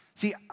See